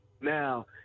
now